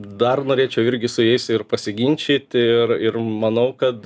dar norėčiau irgi su jais ir pasiginčyti ir ir manau kad